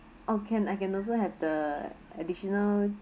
oh can I can also have the additional